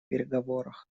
переговорах